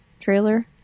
trailer